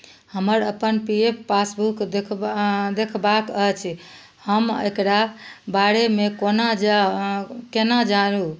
हमर अपन P F passbook देखबा देखबाक अछि हम एकरा बारेमे कोना जाउ केना जाउ